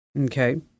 Okay